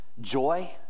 joy